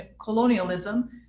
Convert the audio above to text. colonialism